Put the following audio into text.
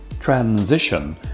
transition